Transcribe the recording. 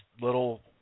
little